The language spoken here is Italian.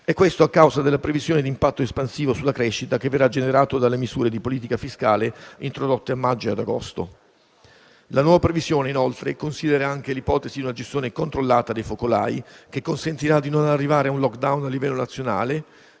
del DEF), a causa della previsione dell'impatto espansivo sulla crescita che verrà generato dalle misure di politica fiscale introdotte a maggio e ad agosto. La nuova previsione, inoltre, considera anche l'ipotesi di una gestione controllata dei focolai, che consentirà di non arrivare a un *lockdown* a livello nazionale,